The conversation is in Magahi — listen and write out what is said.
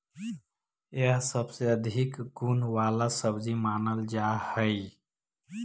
यह सबसे अधिक गुण वाला सब्जी मानल जा हई